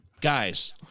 Guys